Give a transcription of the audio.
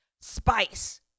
spice